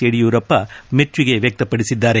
ಯಡಿಯೂರಪ್ಪ ಮೆಚ್ಚುಗೆ ವ್ಯಕ್ತಪಡಿಸಿದ್ದಾರೆ